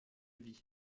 vie